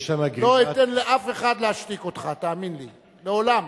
לא אתן לאף אחד להשתיק אותך, תאמין לי, לעולם.